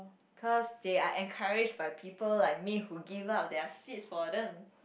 cause they are encouraged by people like me who give up their seats for them